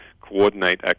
coordinate